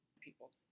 people